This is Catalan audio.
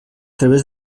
través